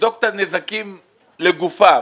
ותבדוק את הנזקים לגופם.